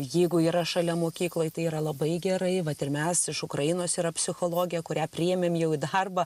jeigu yra šalia mokykloj tai yra labai gerai vat ir mes iš ukrainos yra psichologė kurią priėmėm jau į darbą